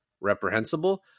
reprehensible